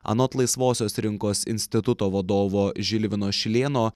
anot laisvosios rinkos instituto vadovo žilvino šilėno